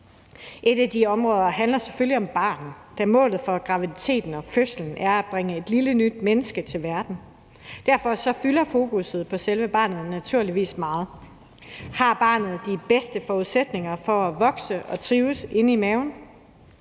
Et af de områder handler selvfølgelig om barnet, da målet for graviditeten og fødslen er at bringe et lille nyt menneske til verden. Derfor fylder fokuset på selve barnet naturligvis meget. Har barnet de bedste forudsætninger for at vokse og trives inde i maven?